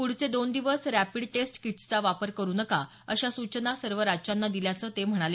पुढचे दोन दिवस रॅपिड टेस्ट किट्सचा वापर करू नका अशा सूचना सर्व राज्यांना दिल्याचे ते म्हणाले